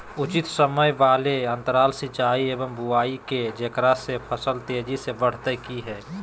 उचित समय वाले अंतराल सिंचाई एवं बुआई के जेकरा से फसल तेजी से बढ़तै कि हेय?